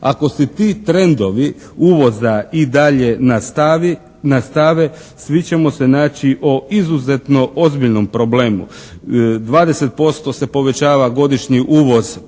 Ako se ti trendovi uvoza i dalje nastave svi ćemo se naći o izuzetno ozbiljnom problemu. 20% se povećava godišnji uvoz